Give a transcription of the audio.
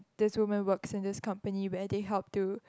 this woman works in this company where they help to